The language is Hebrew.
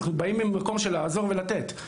אנחנו באים ממקום של לעזור ולתת.